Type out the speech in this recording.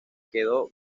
quedó